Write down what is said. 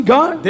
God